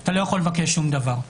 אתה לא יכול לבקש שום דבר.